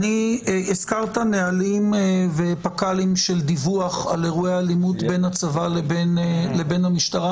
הזכרת נהלים ופק"לים של דיווח על אירועי אלימות בין הצבא לבין המשטרה,